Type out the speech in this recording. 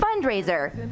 fundraiser